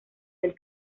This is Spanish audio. del